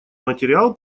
материал